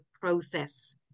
process